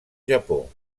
japó